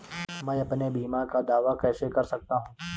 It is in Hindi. मैं अपने बीमा का दावा कैसे कर सकता हूँ?